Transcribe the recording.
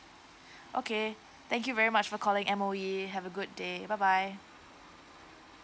okay thank you very much for calling M_O_E have a good day bye bye